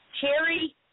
cherry